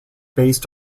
based